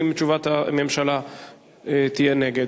אם תשובת הממשלה תהיה נגד.